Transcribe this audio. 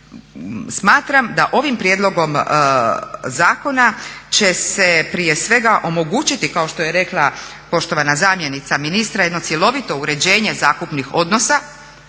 smatram da ovim prijedlogom zakona će se prije svega omogućiti, kao što je rekla poštovana zamjenica ministra, jedno cjelovito uređenje zakupnih odnosa